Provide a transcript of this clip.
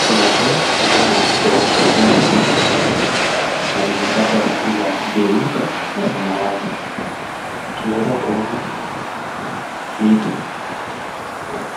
kuna choo lililoandikwa wash your hands here na limepakwa rangi la jeupe na samawati. Tunaweza kuona miti.